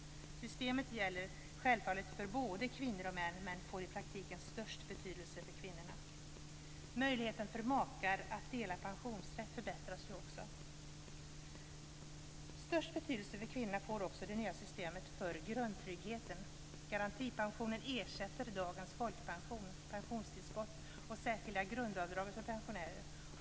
Systemet gäller självfallet för både kvinnor och män men får i praktiken störst betydelse för kvinnorna. Möjligheten för makar att dela pensionsrätt förbättras också. Störst betydelse för kvinnorna får också det nya systemet för grundtryggheten. Garantipensionen ersätter dagens folkpension, pensionstillskott och särskilda grundavdraget för pensionärer.